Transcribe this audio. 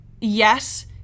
yes